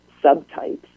subtypes